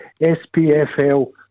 SPFL